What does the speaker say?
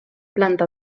planta